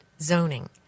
zoning